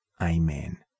Amen